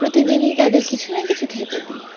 প্রতিদিনই তাদের কিছু না কিছু খেতে দিই